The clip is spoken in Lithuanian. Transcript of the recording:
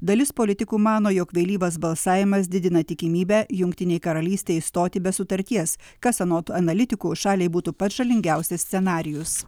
dalis politikų mano jog vėlyvas balsavimas didina tikimybę jungtinei karalystei išstoti be sutarties kas anot analitikų šaliai būtų pats žalingiausias scenarijus